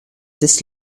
this